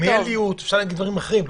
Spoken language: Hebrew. שלומיאליות אפשר לומר דברים אחרים.